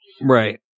Right